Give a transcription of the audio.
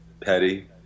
petty